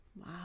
Wow